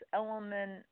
element